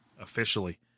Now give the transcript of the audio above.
Officially